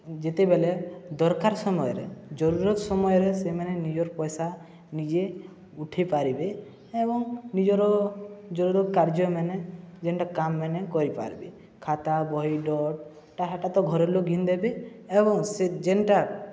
ଯେତେବେଲେ ଦର୍କାର୍ ସମୟରେ ଜରୁରତ୍ ସମୟରେ ସେମାନେ ନିଜର୍ ପଏସା ନିଜେ ଉଠେଇ ପାରିବେ ଏବଂ ନିଜର ଜରୁରତ୍ କାର୍ଯ୍ୟମାନେ ଯେନ୍ଟା କାମ୍ମାନେ କରିପାର୍ବେ ଖାତା ବହି ଡଟ୍ ଟା ହେଟା ତ ଘରର୍ ଲୋକ୍ ଘିନି ଦେବେ ଏବଂ ସେ ଯେନ୍ଟା